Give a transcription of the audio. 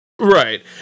Right